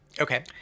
Okay